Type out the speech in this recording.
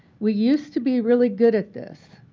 we used to be really good at this.